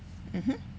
mmhmm